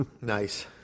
Nice